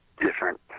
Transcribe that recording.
different